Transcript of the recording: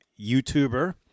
YouTuber